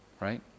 right